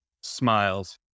smiles